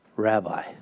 rabbi